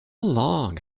long